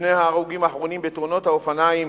שני ההרוגים האחרונים בתאונות האופניים